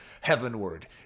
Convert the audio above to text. heavenward